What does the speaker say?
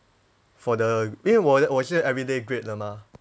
for the 因为我我是 everyday grade 的吗